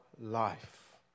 life